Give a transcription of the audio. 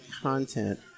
content